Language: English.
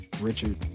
Richard